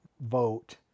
vote